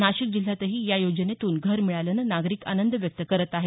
नाशिक जिल्ह्यातही या योजनेतून घर मिळाल्यानं नागरिक आनंद व्यक्त करत आहेत